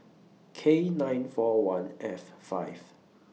K nine four one F five